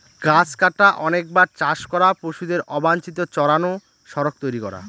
গাছ কাটা, অনেকবার চাষ করা, পশুদের অবাঞ্চিত চড়ানো, সড়ক তৈরী করা